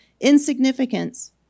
insignificance